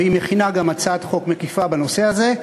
והיא גם מכינה הצעת חוק מקיפה בנושא הזה.